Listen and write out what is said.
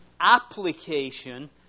application